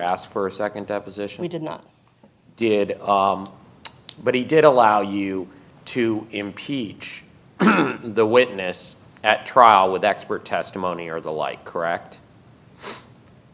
asked for a second deposition he did not did but he did allow you to impeach the witness at trial with expert testimony or the like correct